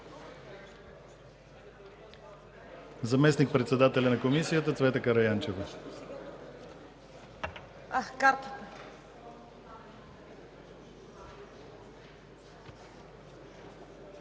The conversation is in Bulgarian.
Заместник-председателят на Комисията Цвета Караянчева.